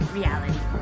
reality